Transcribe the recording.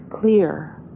clear